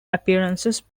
appearances